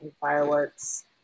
Fireworks